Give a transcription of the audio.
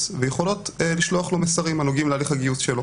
ויכולות לשלוח לו מסרים הנוגעים להליך הגיוס שלו,